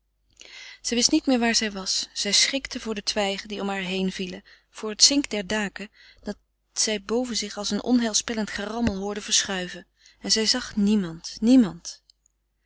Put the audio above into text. zij wist niet meer waar zij was zij schrikte voor de twijgen die om haar heen vielen voor het zink der daken dat zij boven zich als een onheilspellend gerammel hoorde verschuiven en zij zag niemand niemand